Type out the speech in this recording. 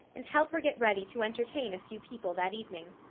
and help her get ready to entertain a few people that evening.